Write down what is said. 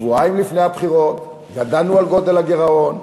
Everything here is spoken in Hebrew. שבועיים לפני הבחירות ידענו על גודל הגירעון,